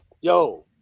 yo